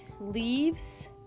leaves